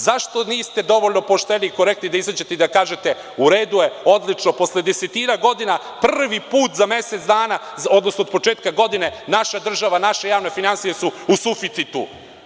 Zašto niste dovoljno pošteni i korektni da izađete i kažete – u redu je, odlično, posle desetina godina prvi put za mesec dana, odnosno od početka godine naša država, naše javne finansije su u suficitu?